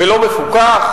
ולא מפוקח,